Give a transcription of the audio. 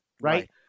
Right